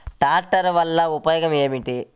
ట్రాక్టర్లు వల్లన ఉపయోగం ఏమిటీ?